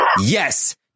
yes